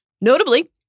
Notably